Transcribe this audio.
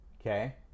okay